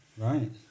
Right